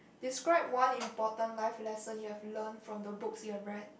describe one important life lesson you have learnt from the books you have read